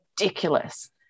ridiculous